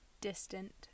distant